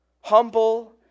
humble